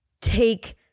take